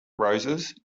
roses